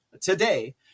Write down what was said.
Today